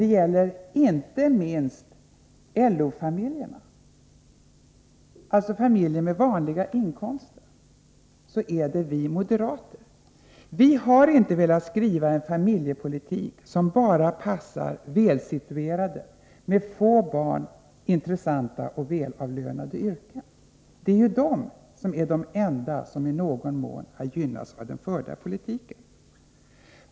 Det gäller inte minst LO-familjerna, alltså familjer med vanliga inkomster. Vi har inte velat ställa upp för en familjepolitik som passar bara välsituerade med få barn och med intressanta och välavlönade yrken. Det är ju de som är de enda som i någon mån har gynnats av den förda politiken.